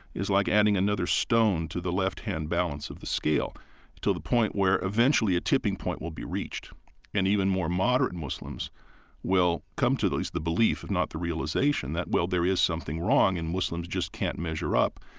is like adding another stone to the left-hand balance of the scale to the point where eventually, the tipping point will be reached and even more moderate muslims will come to, at least the belief, if not the realization, that, well, there is something wrong and muslims just can't measure up.